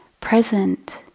present